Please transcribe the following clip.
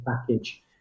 package